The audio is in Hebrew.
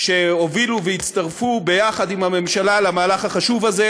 שהובילו והצטרפו יחד עם הממשלה למהלך החשוב הזה.